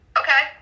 okay